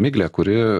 miglė kuri